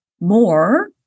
more